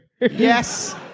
Yes